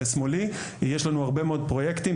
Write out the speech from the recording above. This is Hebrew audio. יש לנו הרבה פרויקטים,